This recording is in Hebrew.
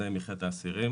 תנאי מחיית האסירים,